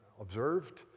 observed